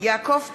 יעקב פרי,